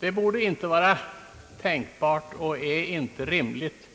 Det borde inte vara tänkbart och är inte rimligt